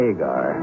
Agar